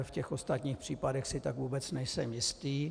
V ostatních případech si tak vůbec nejsem jistý.